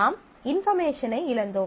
நாம் இன்பார்மேஷனை இழந்தோம்